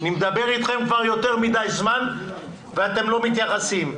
אני מדבר אתכם כבר יותר מדי זמן ואתם לא מתייחסים.